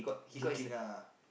joking ah